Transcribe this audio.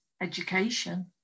education